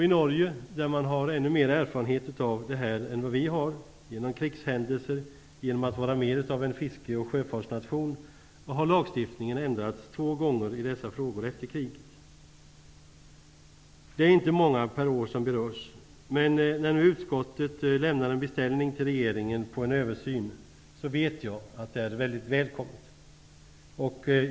I Norge, där man har ännu större erfarenhet av detta än vad vi i Sverige har, genom krigshändelser och genom att vara mer utav en sjöfarts och fiskenation, har lagstiftningen i dessa frågor ändrats två gånger efter kriget. Det är inte många per år som berörs, men när nu utskottet lämnar en beställning till regeringen om en översyn vet jag att detta är mycket välkommet.